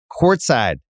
courtside